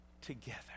together